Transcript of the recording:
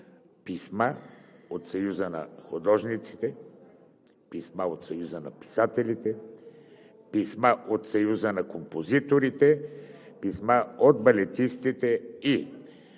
писма от Съюза на художниците, писма от Съюза на писателите, писма от Съюза на композиторите, писма от балетистите.